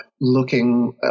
looking